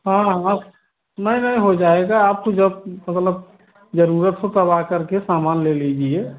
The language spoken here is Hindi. हाँ हाँ हाँ नहीं नहीं हो जाएगा आप तो जब मतलब ज़रूरत हो तब आ करके सामान ले लीजिए